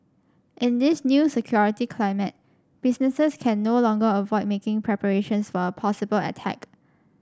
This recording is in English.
in this new security climate businesses can no longer avoid making preparations for a possible attack